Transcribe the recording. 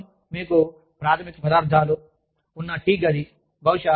tea కోసం మీకు ప్రాథమిక పదార్థాలు ఉన్న టీ గది